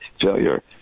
failure